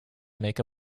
make